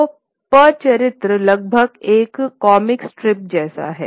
तो पचरित्र लगभग एक कॉमिक स्ट्रीप जैसा है